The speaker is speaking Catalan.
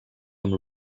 amb